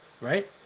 right